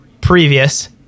previous